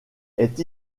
est